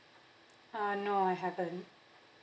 uh no I haven't